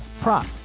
prop